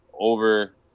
over